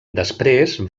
després